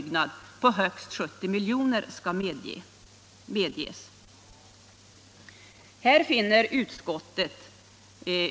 tionsstöd.